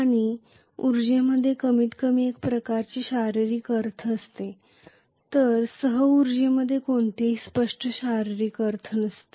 आणि उर्जेमध्ये कमीतकमी एक प्रकारचे शारीरिक अर्थ असते तर सह उर्जेमध्ये कोणतेही स्पष्ट शारीरिक अर्थ नसते